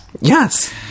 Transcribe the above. Yes